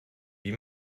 wie